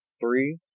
Three